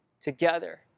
together